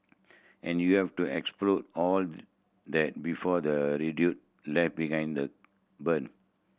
and you have to explode all that before the left behind the bun